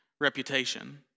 reputation